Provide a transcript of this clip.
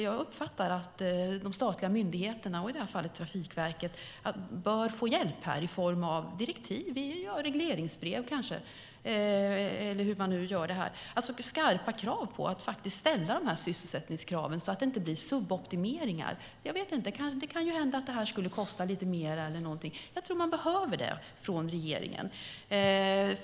Jag uppfattar att de statliga myndigheterna, i det här fallet Trafikverket, bör få hjälp här i form av direktiv, kanske i regleringsbrev, alltså skarpa krav på att ställa sysselsättningskraven, så att det inte blir suboptimeringar. Det kan hända att det skulle kosta lite mer, men jag tror att man behöver det från regeringen.